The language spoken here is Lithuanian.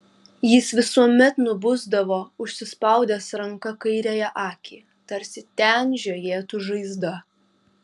jis visuomet nubusdavo užsispaudęs ranka kairiąją akį tarsi ten žiojėtų žaizda